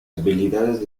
habilidades